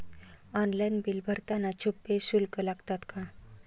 Online bill भरताना छुपे शुल्क लागतात का?